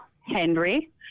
henry